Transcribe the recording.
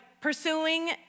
pursuing